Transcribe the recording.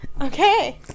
Okay